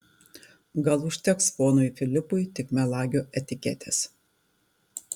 gal užteks ponui filipui tik melagio etiketės